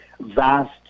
vast